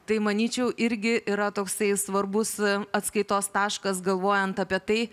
tai manyčiau irgi yra toksai svarbus atskaitos taškas galvojant apie tai